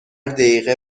دیقه